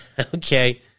Okay